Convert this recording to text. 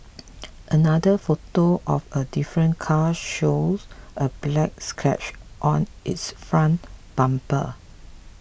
another photo of a different car shows a black scratch on its front bumper